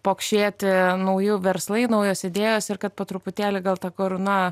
pokšėti nauji verslai naujos idėjos ir kad po truputėlį gal ta karūna